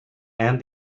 and